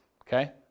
Okay